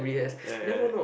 ya ya